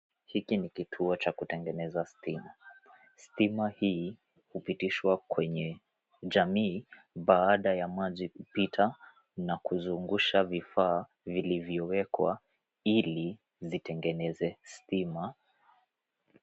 Hiki ni kituo cha kutengeneza stima. Stima hii hupitishwa kwenye jamii baada ya maji kupita na kuzungusha vifaa vilivyowekwa ili zitengeneze stima.